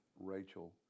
Rachel